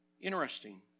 Interesting